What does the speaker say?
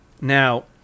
Now